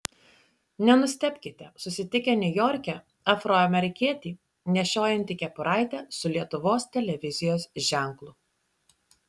nenustebkite susitikę niujorke afroamerikietį nešiojantį kepuraitę su lietuvos televizijos ženklu